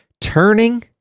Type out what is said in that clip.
Turning